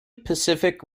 pacific